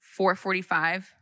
4.45